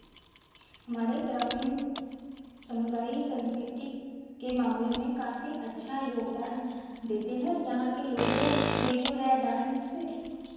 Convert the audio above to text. हमारे ग्रामीण समुदाय सांस्कृतिक के मामले में काफी अच्छा योगदान देते हैं और यहाँ के लोगों में जो है डांस